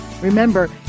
Remember